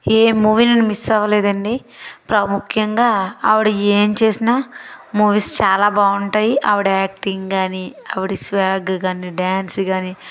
ఏ movie నేను miss అవ్వలేదండి ప్రాముఖ్యంగా ఆవిడి ఏమి చేసినా మూవీస్ చాలా బాగుంటాయి ఆవిడి యాక్టింగ్ కానీ ఆవిడి స్వ్యాగ్ కానీ డ్యాన్స్ కానీ